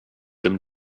them